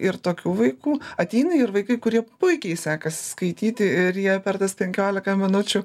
ir tokių vaikų ateina ir vaikai kuriem puikiai sekasi skaityti ir jie per tas penkiolika minučių